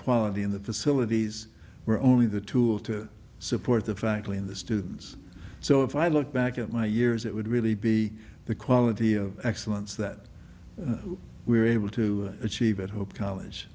quality and the facilities were only the tool to support the frankly in the students so if i look back at my years it would really be the quality of excellence that we were able to achieve at hope college